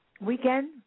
weekend